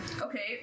Okay